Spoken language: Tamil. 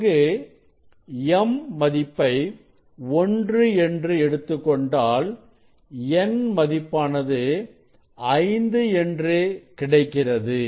இங்கு m மதிப்பை 1 என்று எடுத்துக் கொண்டால் n மதிப்பானது 5 என்று கிடைக்கிறது